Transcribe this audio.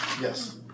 Yes